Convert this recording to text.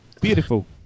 Beautiful